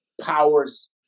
powers